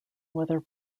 whether